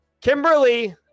Kimberly